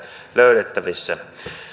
löydettävissä